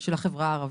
של החברה הערבית,